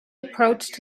approached